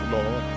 Lord